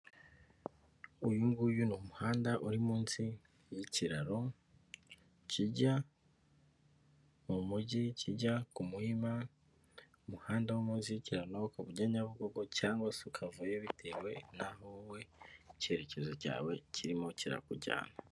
Uyu nguyu ni umuhanda uri munsi y'ikiraro, kijya mu mujyi, kijya ku Muhima, umuhanda wo munsi y'ikiraro ukaba ujya Nyabugogo, cyangwa se ukavuyo bitewe n'aho wowe icyerekezo cyawe kirimo kirakujyana.